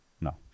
No